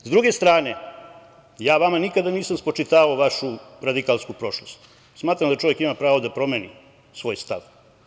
S druge strane, ja vama nikada nisam spočitavao vašu radikalsku prošlost, smatram da čovek ima pravo da promeni svoj stav.